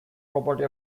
property